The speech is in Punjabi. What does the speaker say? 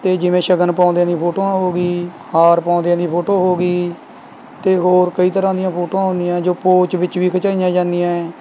ਅਤੇ ਜਿਵੇਂ ਸ਼ਗਨ ਪਾਉਂਦਿਆਂ ਦੀ ਫੋਟੋਆਂ ਹੋ ਗਈ ਹਾਰ ਪਾਉਂਦਿਆਂ ਦੀ ਫੋਟੋ ਹੋ ਗਈ ਅਤੇ ਹੋਰ ਕਈ ਤਰ੍ਹਾਂ ਦੀਆਂ ਫੋਟੋਆਂ ਹੁੰਦੀਆਂ ਜੋ ਪੋਜ਼ ਵਿੱਚ ਵੀ ਖਿਚਾਈਆਂ ਜਾਂਦੀਆਂ ਏ